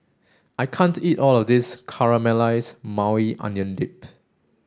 I can't eat all of this Caramelize Maui Onion Dip